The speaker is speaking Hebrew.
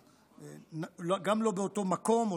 גם לא באותו מקום,